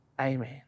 Amen